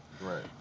Right